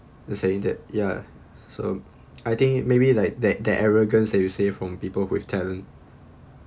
the saying that ya so I think maybe like that that arrogance that you say from people who have talent